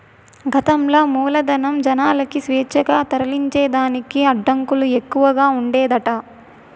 గతంల మూలధనం, జనాలకు స్వేచ్ఛగా తరలించేదానికి అడ్డంకులు ఎక్కవగా ఉండేదట